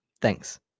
thanks